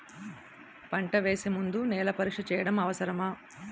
పంట వేసే ముందు నేల పరీక్ష చేయటం అవసరమా?